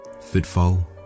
Footfall